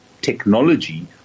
technology